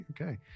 Okay